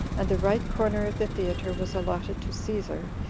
and the right corner of the theater was allotted to caesar,